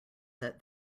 that